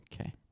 Okay